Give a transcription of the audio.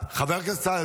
חבר הכנסת סעדה,